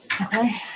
Okay